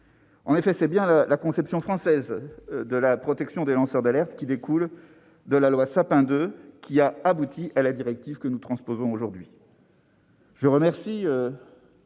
autrement ? C'est bien la conception française de la protection des lanceurs d'alerte, découlant de la loi Sapin II, qui a abouti à la directive que nous transposons aujourd'hui.